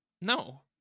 no